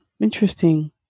Interesting